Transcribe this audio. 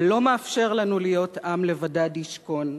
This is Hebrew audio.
ולא מאפשר לנו להיות עם לבדד ישכון.